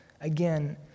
again